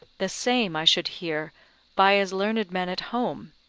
the same i should hear by as learned men at home,